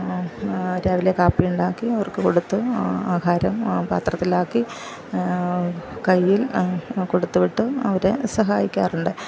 രാവിലെ കാപ്പിയുണ്ടാക്കി അവർക്ക് കൊടുത്ത് ആഹാരം പാത്രത്തിലാക്കി കയ്യിൽ കൊടുത്ത് വിട്ട് അവരെ സഹായിക്കാറുണ്ട്